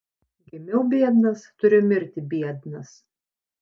gimiau biednas turiu mirti biednas